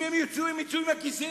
אם הם יצאו, הם יצאו עם הכיסא.